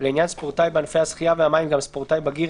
ולעניין ספורטאי בענפי השחייה והמים גם ספורטאי בגיר"